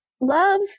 love